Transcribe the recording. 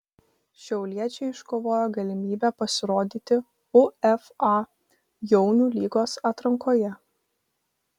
šiauliečiai iškovojo galimybę pasirodyti uefa jaunių lygos atrankoje